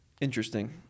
Interesting